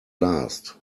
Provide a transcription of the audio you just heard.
last